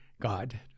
god